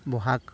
Bohag